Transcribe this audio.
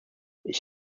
ich